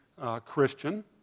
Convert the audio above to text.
Christian